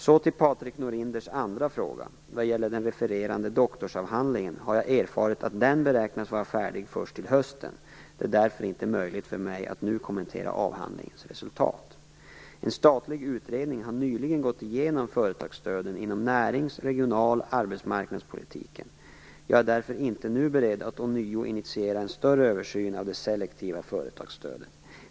Så till Patrik Norinders andra fråga. Vad gäller den refererade doktorsavhandlingen har jag erfarit att den beräknas vara färdig först till hösten. Det är därför inte möjligt för mig att nu kommentera avhandlingens resultat. En statlig utredning har nyligen gått igenom företagsstöden inom närings-, regional och arbetsmarknadspolitiken. Jag är därför inte nu beredd att ånyo initiera en större översyn av det selektiva företagsstödet.